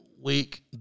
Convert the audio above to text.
week